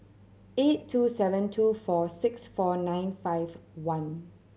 eight two seven two four six four nine five one